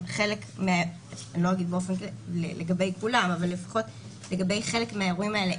אני לא אגיד לגבי כולם אבל לפחות לגבי חלק מהאירועים האלה,